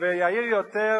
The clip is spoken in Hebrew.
ויאיר יותר,